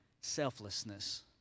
selflessness